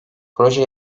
proje